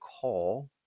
call